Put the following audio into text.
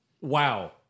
Wow